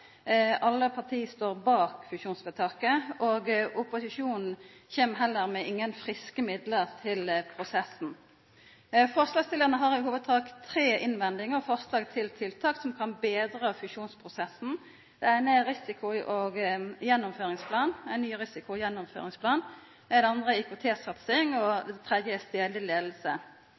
Alle partia står bak fusjonsvedtaket, og opposisjonen kjem heller ikkje med friske midlar til prosessen. Forslagsstillarane har i hovudsak tre innvendingar der dei har forslag til tiltak som kan betra fusjonsprosessen. Det første punktet går på ein ny risiko- og gjennomføringsplan, det andre går på IKT-satsing og det tredje